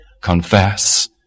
confess